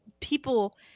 people